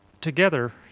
together